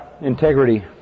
integrity